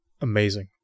Amazing